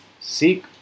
seek